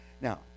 Now